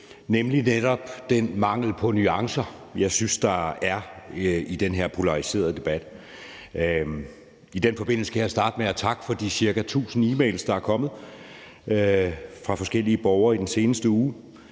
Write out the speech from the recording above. nemlig netop i den mangel på nuancer, jeg synes der er i den her polariserede debat. I den forbindelse skal jeg starte med at takke for de ca. 1.000 e-mails, der er kommet fra forskellige borgere i den seneste uge.